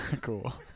Cool